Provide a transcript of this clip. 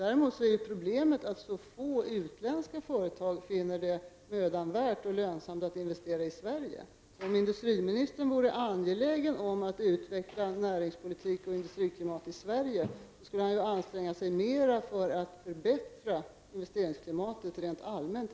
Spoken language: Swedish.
Problemet är att så få utländska företag finner det mödan värt och lönsamt att investera i Sverige. Om industriministern vore angelägen om att utveckla näringspolitik och industriklimat i Sverige, skulle han anstränga sig mer för att förbättra investeringsklimatet i Sverige rent allmänt.